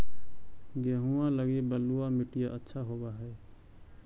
गेहुआ लगी बलुआ मिट्टियां अच्छा होव हैं?